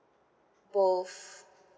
both